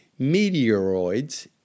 meteoroids